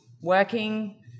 working